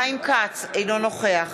חיים כץ, אינו נוכח